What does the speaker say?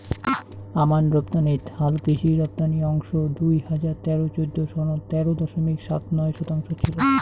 আমান রপ্তানিত হালকৃষি রপ্তানি অংশ দুই হাজার তেরো চৌদ্দ সনত তেরো দশমিক সাত নয় শতাংশ ছিল